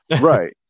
Right